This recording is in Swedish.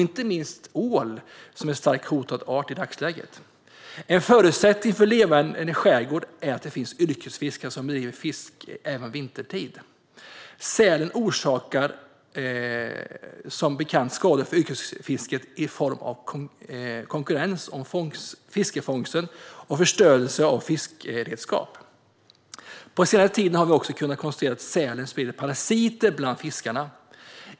Inte minst äter den ål, som är en starkt hotad art i dagsläget. En förutsättning för en levande skärgård är att det finns yrkesfiskare som bedriver fiske även vintertid. Sälen orsakar som bekant skador för yrkesfisket i form av konkurrens om fiskefångsten och förstörelse av fiskeredskap. På senare tid har vi också kunnat konstatera att sälen sprider parasiter hos fisken.